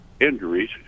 injuries